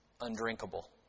undrinkable